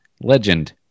Legend